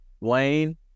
Wayne